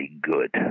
good